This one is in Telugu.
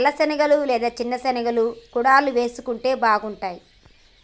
నల్ల శనగలు లేదా చిన్న శెనిగలు గుడాలు వేసుకుంటే బాగుంటాయ్